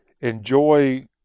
enjoy